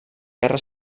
guerra